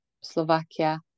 Slovakia